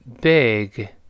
big